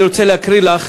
אני רוצה להקריא לך